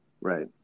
Right